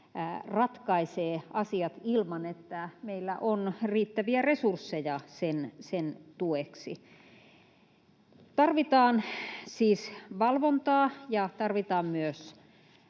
ratkaisee asiat ilman, että meillä on riittäviä resursseja sen tueksi. Tarvitaan siis valvontaa ja tarvitaan myös